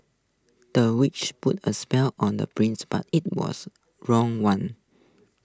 the witch put A spell on the prince but IT was wrong one